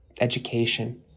education